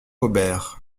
gobert